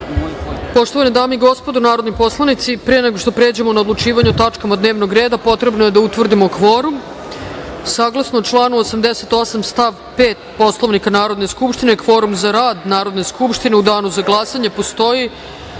Poštovane dame i gospodo narodni poslanici, pre nego što pređemo na odlučivanje o tačkama dnevnog reda, potrebno je da utvrdimo kvorum. Saglasno članu 88. stav 5. Poslovnika Narodne skupštine, kvorum za rad Narodne skupštine u danu za glasanje postoji